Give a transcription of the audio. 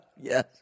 Yes